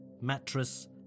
mattress